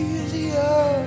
Easier